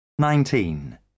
Nineteen